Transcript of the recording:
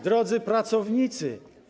Drodzy Pracownicy!